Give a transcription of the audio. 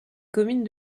commune